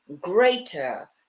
greater